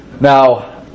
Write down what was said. now